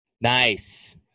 Nice